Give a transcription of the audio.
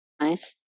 nice